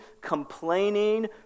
complaining